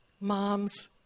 Mom's